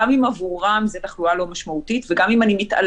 גם אם עבורם זו תחלואה לא משמעותית וגם אם אני מתעלמת